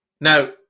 Now